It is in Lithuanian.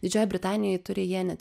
didžioj britanijoj turi jie net